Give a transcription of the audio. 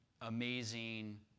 amazing